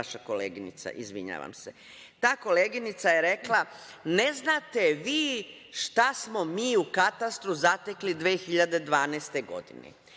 ta koleginica je rekla – ne znate vi šta smo mi u Katastru zatekli 2012. godine.